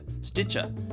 Stitcher